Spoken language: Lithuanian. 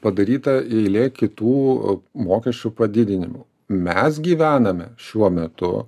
padaryta eilė kitų mokesčių padidinimų mes gyvename šiuo metu